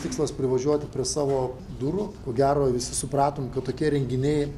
tikslas privažiuoti prie savo durų ko gero visi supratom kad tokie renginiai